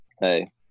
hey